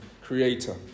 creator